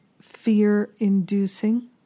fear-inducing